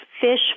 fish